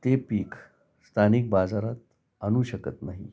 ते पीक स्थानिक बाजारात आणू शकत नाही